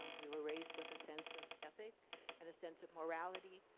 um we were raised with a sense of ethic and a sense of morality,